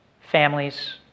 families